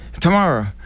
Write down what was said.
Tomorrow